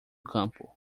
campo